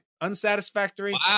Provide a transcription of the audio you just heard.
Unsatisfactory